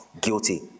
guilty